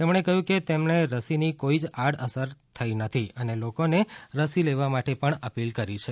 તેમણે કહ્યું કે તેમને રસીની કોઇ જ આડ અસર નથી થઇ અને લોકોને રસી લેવા માટે પણ અપીલ કરી છે